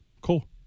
Cool